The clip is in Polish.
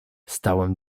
stałem